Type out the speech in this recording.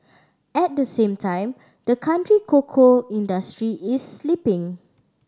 at the same time the country cocoa industry is slipping